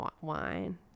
wine